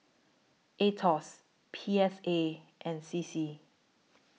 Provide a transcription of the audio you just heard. Aetos P S A and C C